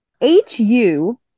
H-U